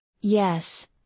Yes